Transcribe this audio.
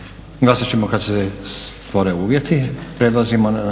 Glasati ćemo kada se stvore uvjeti.